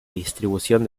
distribución